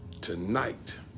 tonight